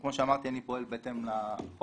כמו שאמרתי, אני פועל בהתאם לחוק.